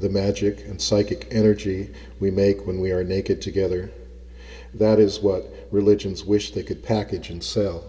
the magic and psychic energy we make when we are naked together that is what religions wish they could package and sell